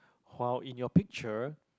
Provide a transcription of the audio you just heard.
while in your picture